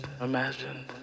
Imagine